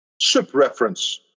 sub-reference